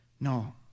No